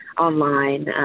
online